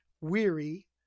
weary